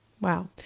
Wow